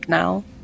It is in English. now